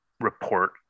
report